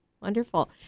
Wonderful